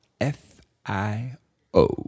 f-i-o